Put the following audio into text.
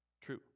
True